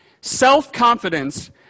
Self-confidence